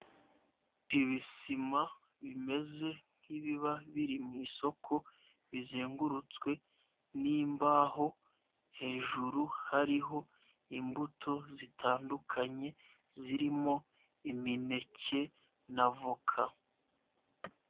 Ibisima bimeze nk'ibiba biri mu isoko bizengurutswe n'imbaho, hejuru hariho imbuto zitandukanye zirimo imineke n'avoka.